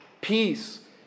peace